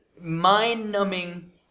mind-numbing